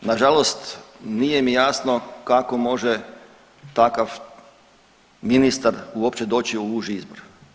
Nažalost nije mi jasno kako može takav ministar uopće doći u uži izbor.